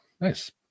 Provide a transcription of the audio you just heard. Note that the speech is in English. nice